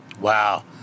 Wow